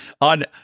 on